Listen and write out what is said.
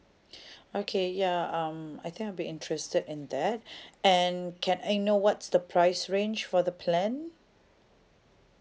okay ya um I think I'll be interested in that and can I know what's the price range for the plan